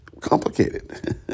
complicated